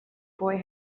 boy